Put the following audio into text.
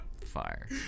Fire